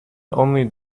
only